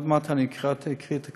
עוד מעט אני אקריא את הכול,